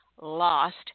lost